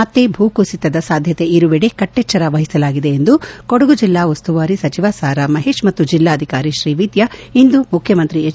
ಮತ್ತೆ ಭೂಕುಸಿತದ ಸಾಧ್ವತೆ ಇರುವೆಡೆ ಕಟ್ಟೆಚ್ವರ ವಹಸಲಾಗಿದೆ ಎಂದು ಕೊಡಗು ಜಿಲ್ಲಾ ಉಸ್ತುವಾರಿ ಸಚಿವ ಸಾ ರಾ ಮಹೇಶ್ ಮತ್ತು ಜಿಲ್ಲಾಧಿಕಾರಿ ಶ್ರೀವಿದ್ದಾ ಇಂದು ಮುಖ್ಯಮಂತ್ರಿ ಹೆಚ್